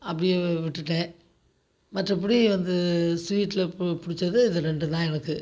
அப்படியே விட்டுட்டேன் மற்றபடி வந்து ஸ்வீட்டில் பு பிடிச்சது இது ரெண்டும் தான் எனக்கு